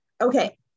okay